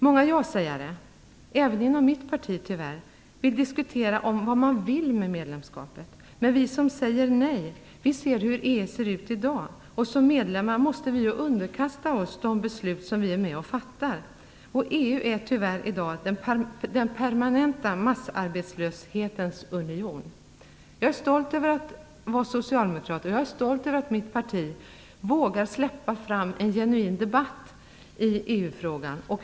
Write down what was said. Många ja-sägare, tyvärr även i mitt parti, vill diskutera vad man vill med medlemskapet. Vi som säger nej ser till hur EU ser ut i dag. Som medlemmar måste vi underkasta oss de beslut som vi är med och fattar. EU är i dag tyvärr den permanenta massarbetslöshetens union. Jag är stolt över att vara socialdemokrat, och jag är stolt över att mitt parti vågar släppa fram en genuin debatt i EU-frågan.